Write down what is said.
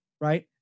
right